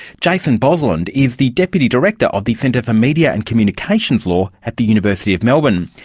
jason bosland is the deputy director of the centre for media and communications law at the university of melbourne.